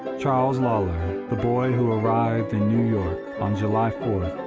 charles lawlor, the boy who arrived in new york on july four,